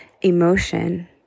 emotion